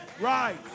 Right